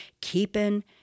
keeping